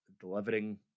delivering